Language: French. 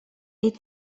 est